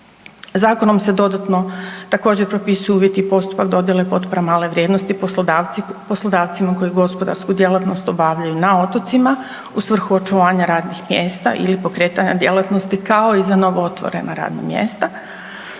Zakonom se dodatno također propisuju uvjeti i postupak dodjele potpora male vrijednosti poslodavcima koji gospodarsku djelatnost obavljaju na otocima u svrhu očuvanja radnih mjesta ili pokretanja djelatnosti, kao i za novootvorena radna mjesta.